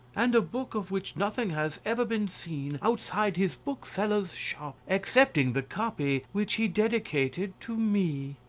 and a book of which nothing has ever been seen outside his bookseller's shop excepting the copy which he dedicated to me.